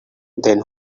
then